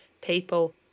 people